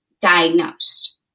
diagnosed